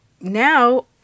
now